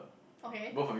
okay